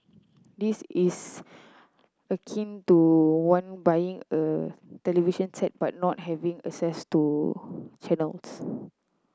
this is akin to one buying a television set but not having access to channels